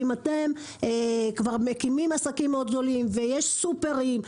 אם אתם כבר מקימים עסקים מאוד גדולים ויש סופרים,